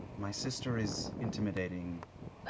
my sister is intimidating.